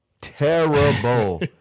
Terrible